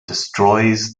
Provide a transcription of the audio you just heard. destroys